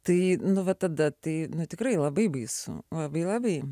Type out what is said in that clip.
tai nu va tada tai tikrai labai baisu labai labai